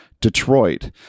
Detroit